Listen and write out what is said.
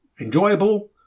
enjoyable